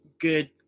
good